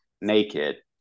naked